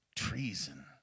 treason